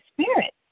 spirit